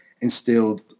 instilled